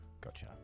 gotcha